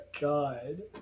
god